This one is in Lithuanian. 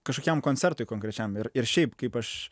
kažkokiam koncertui konkrečiam ir ir šiaip kaip aš